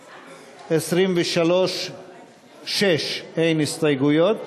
סעיף 23(6) אין הסתייגויות.